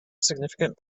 significant